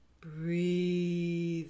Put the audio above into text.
Breathe